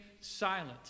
silent